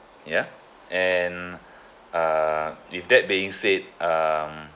ya and uh with that being said um